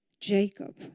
Jacob